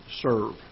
serve